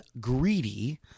greedy